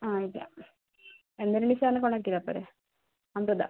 ആ അയക്കാം എന്തുണ്ടെങ്കിലും സാറിനെ കോൺടാക്ട് ചെയ്താൽ പോരെ